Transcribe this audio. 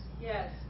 yes